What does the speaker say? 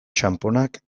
txanponak